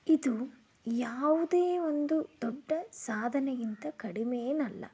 ಇದು ಯಾವುದೇ ಒಂದು ದೊಡ್ಡ ಸಾಧನೆಗಿಂತ ಕಡಿಮೆ ಏನಲ್ಲ